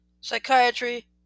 psychiatry